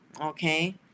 okay